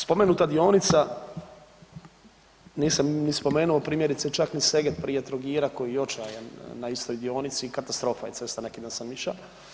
Spomenuta dionica nisam ni spomenuo primjerice čak ni Seget prije Trogira koji je očajan na istoj dionici, katastrofa je cesta neki dan sam išao.